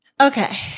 Okay